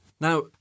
Now